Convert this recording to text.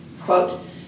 quote